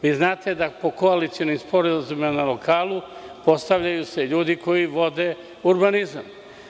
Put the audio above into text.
Vi znate da se po koalicionim sporazumima na lokalu postavljaju ljudi koji vode urbanizam.